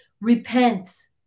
repent